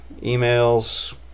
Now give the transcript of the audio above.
emails